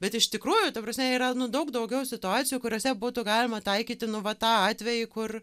bet iš tikrųjų ta prasme yra nu daug daugiau situacijų kuriose būtų galima taikyti nu va tą atvejį kur